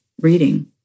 reading